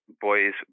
boys